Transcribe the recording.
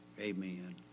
Amen